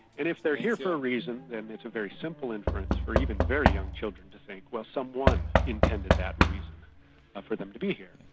and if they are here for a reason then it's a very simple inference for even very young children to think, well, someone intended that reason for them to be here.